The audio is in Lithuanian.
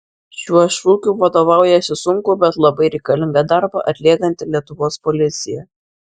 šiuo šūkiu vadovaujasi sunkų bet labai reikalingą darbą atliekanti lietuvos policija